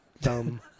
Dumb